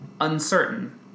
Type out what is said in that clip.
uncertain